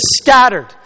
scattered